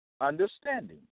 understanding